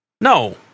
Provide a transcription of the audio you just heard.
No